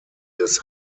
des